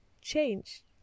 change